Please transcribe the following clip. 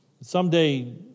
Someday